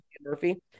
Murphy